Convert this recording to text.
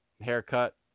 haircut